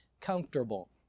comfortable